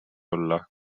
olla